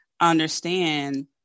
understand